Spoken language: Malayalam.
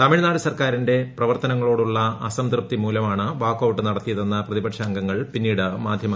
തമിഴ്നാട് സർക്കാരിന്റെ പ്രവർത്തനങ്ങളോടുള്ള അസംതൃപ്തി മൂലമാണ് വാക്കൌട്ട് നടത്തിയതെന്ന് പ്രതിപക്ഷ അംഗങ്ങൾ പിന്നീട് മാധ്യമങ്ങളെ അറിയിച്ചു